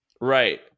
Right